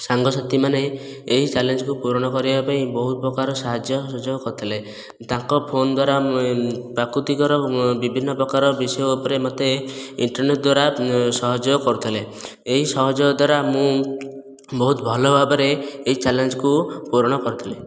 ସାଙ୍ଗସାଥିମାନେ ଏହି ଚାଲେଞ୍ଜକୁ ପୂରଣ କରିବା ପାଇଁ ବହୁତ ପ୍ରକାର ସାହାଯ୍ୟ ସହଯୋଗ କରିଥିଲେ ତାଙ୍କ ଫୋନ ଦ୍ଵାରା ମୁଁ ପ୍ରାକୃତିକର ବିଭିନ୍ନ ପ୍ରକାର ବିଷୟ ଉପରେ ମୋତେ ଇଣ୍ଟରନେଟ ଦ୍ଵାରା ସହଯୋଗ କରୁଥିଲେ ଏହି ସହଯୋଗ ଦ୍ଵାରା ମୁଁ ବହୁତ ଭଲ ଭାବରେ ଏହି ଚାଲେଞ୍ଜକୁ ପୂରଣ କରିଥିଲି